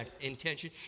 intention